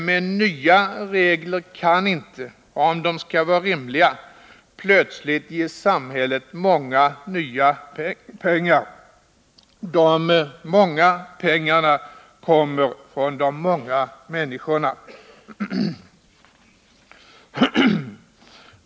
Men nya regler kan inte, om de skall vara rimliga, plötsligt ge samhället många nya pengar. De många pengarna kommer från de många människorna.